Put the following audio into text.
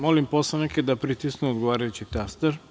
Molim poslaničke da pritisnu odgovarajući taster.